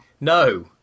No